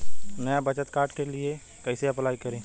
नया बचत कार्ड के लिए कइसे अपलाई करी?